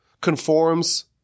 conforms